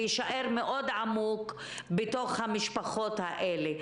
ויישאר עמוק מאוד במשפחות אלו.